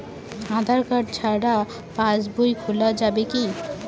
আধার card ছাড়া পাশবই খোলা যাবে কি?